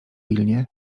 pilnie